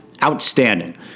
Outstanding